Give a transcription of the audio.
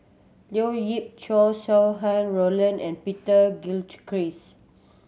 Leo Yip Chow Sau Hai Roland and Peter Gilchrist